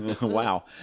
Wow